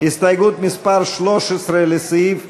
קבוצת סיעת הרשימה המשותפת וקבוצת סיעת מרצ לסעיף 5(2)